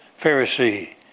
Pharisee